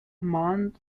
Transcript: mont